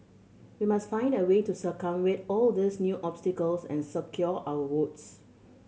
we must find a way to circumvent all these new obstacles and secure our votes